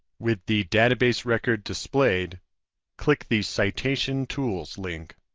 with the database record displayed click the citation tools link.